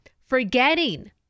forgetting